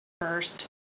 first